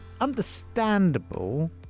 understandable